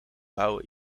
bouwen